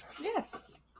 yes